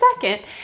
second